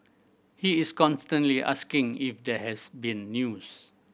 he is constantly asking if there has been news